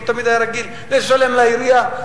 הוא תמיד היה רגיל לשלם לעירייה,